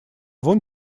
вон